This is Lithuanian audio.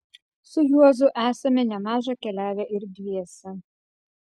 su juozu esame nemaža keliavę ir dviese